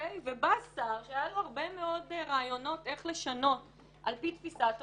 ובא שר שהיו לו הרבה מאוד רעיונות איך לשנות על פי תפיסת עולמנו,